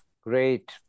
great